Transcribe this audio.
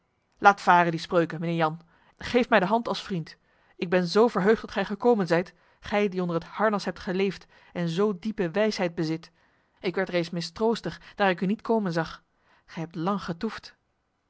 laat varen die spreuken mijnheer jan geef mij de hand als vriend ik ben zo verheugd dat gij gekomen zijt gij die onder het harnas hebt geleefd en zo diepe wijsheid bezit ik werd reeds mistroostig daar ik u niet komen zag gij hebt lang getoefd